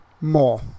More